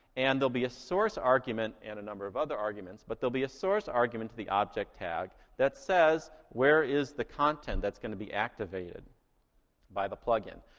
and there'll be a source argument and a number of other arguments, but there'll be a source argument to the object tag that says where is the content that's gonna be activated by the plugin?